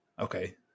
okay